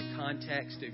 Context